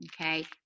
okay